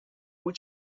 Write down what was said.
what